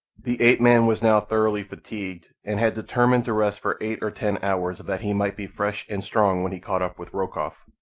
the ape-man was now thoroughly fatigued, and had determined to rest for eight or ten hours that he might be fresh and strong when he caught up with rokoff,